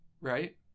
right